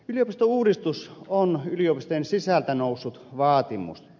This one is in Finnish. yliopistouudistus on yliopistojen sisältä noussut vaatimus